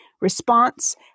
response